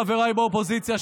חבריי באופוזיציה,